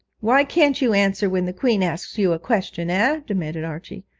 why can't you answer when the queen asks you a question, ah demanded archie.